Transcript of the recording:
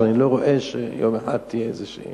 שאני לא רואה שיום אחד תהיה איזושהי